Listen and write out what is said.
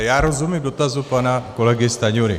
Já rozumím dotazu pana kolegy Stanjury.